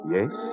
Yes